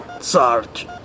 Sarge